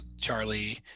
Charlie